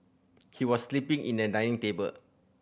he was sleeping in a dining table